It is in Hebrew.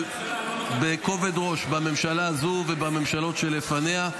בכובד ראש בממשלה הזאת ובממשלות שלפניה,